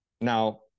Now